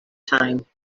time